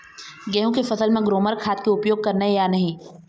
गेहूं के फसल म ग्रोमर खाद के उपयोग करना ये या नहीं?